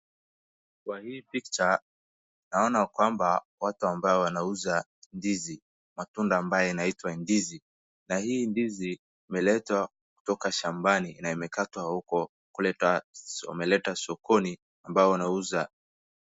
Kwa hii picha, naona kwamba watu wanauza ndizi, matunda ambayo yanaitwa ndizi. Hii ndizi imeletwa toka shambani na imekatwa huko. Wameleta sokoni, ambapo wanauza.